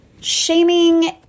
shaming